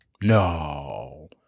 No